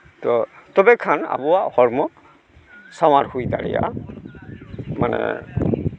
ᱛᱚ ᱛᱚᱵᱮ ᱠᱷᱟᱱ ᱟᱵᱚᱣᱟᱜ ᱦᱚᱲᱢᱚ ᱥᱟᱶᱟᱨ ᱦᱩᱭ ᱫᱟᱲᱮᱭᱟᱜᱼᱟ ᱢᱟᱱᱮ